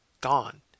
gone